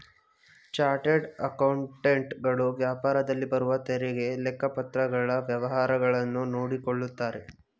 chartered accountant ಗಳು ವ್ಯಾಪಾರದಲ್ಲಿ ಬರುವ ತೆರಿಗೆ, ಲೆಕ್ಕಪತ್ರಗಳ ವ್ಯವಹಾರಗಳನ್ನು ನೋಡಿಕೊಳ್ಳುತ್ತಾರೆ